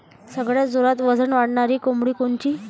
सगळ्यात जोरात वजन वाढणारी कोंबडी कोनची?